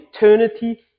eternity